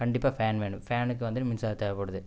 கண்டிப்பாக ஃபேன் வேணும் ஃபேனுக்கு வந்து மின்சாரம் தேவைப்படுது